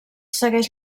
segueix